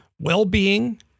well-being